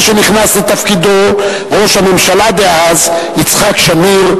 שנכנס לתפקידו ראש הממשלה דאז יצחק שמיר,